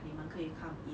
你们可以 come in